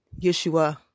Yeshua